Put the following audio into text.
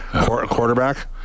quarterback